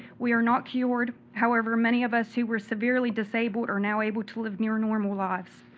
we are not cured, however many of us who were severely disabled are now able to live near normal lives.